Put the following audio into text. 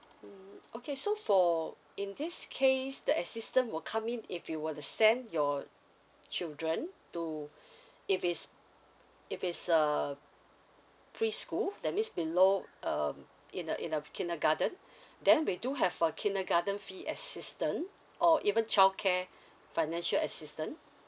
mm okay so for in this case the assistant will come in if you were to send your children to if it's if it's uh preschool that means below um in a in a kindergarten then we do have a kindergarten fee assistance or even childcare financial assistance